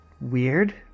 Weird